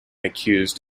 accused